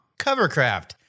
Covercraft